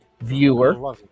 Viewer